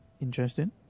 Interesting